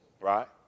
right